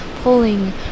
pulling